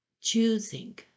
Choosing